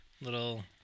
little